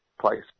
place